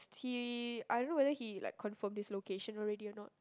he I don't know whether he like confirmed his location already or not